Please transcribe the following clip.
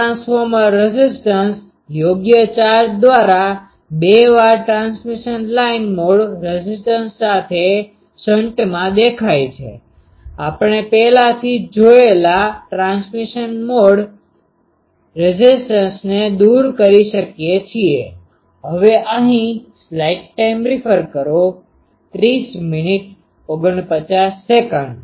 આ transformer resistance યોગ્ય charge દ્વારા બે વાર ટ્રાન્સમિશન લાઇન મોડ રેઝીસ્ટન્સ સાથે શન્ટમાં દેખાય છે આપણે પહેલાથી જોયેલા ટ્રાન્સમિશન લાઇન મોડ રેઝીસ્ટન્સને દૂર કરી શકીએ છીએ